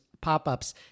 pop-ups